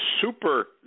super